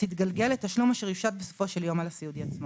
תתגלגל לתשלום אשר יושת בסופו של יום על הסיעודי עצמו.